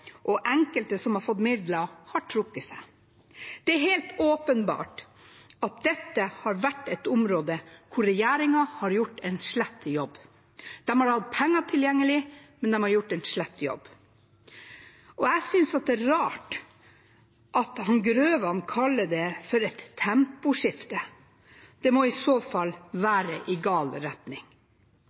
og enkelte som har fått midler, har trukket seg. Det er helt åpenbart at dette har vært et område hvor regjeringen har gjort en slett jobb. De har hatt penger tilgjengelig, men de har gjort en slett jobb. Og jeg synes det er rart at representanten Grøvan kaller det et temposkifte. Det må i så fall være i gal retning.